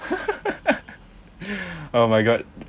oh my god